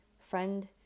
friend